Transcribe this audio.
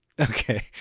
Okay